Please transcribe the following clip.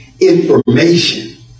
information